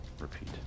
repeat